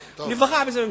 ניווכח בזה במציאות.